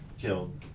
killed